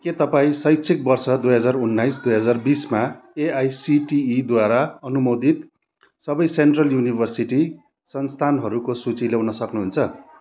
के तपाईँँ शैक्षिक वर्ष दुई हजार उन्नाइस दुई हजार बिसमा एआइसिटिई द्वारा अनुमोदित सबै सेन्ट्रल युनिभर्सिटी संस्थानहरूको सूची ल्याउन सक्नुहुन्छ